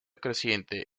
creciente